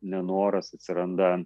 nenoras atsiranda